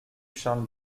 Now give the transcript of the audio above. charles